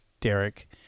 Derek